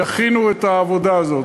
יכינו את העבודה הזאת.